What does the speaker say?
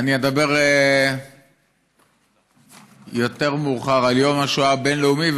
אני אדבר יותר מאוחר על יום השואה הבין-לאומי.